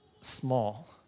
small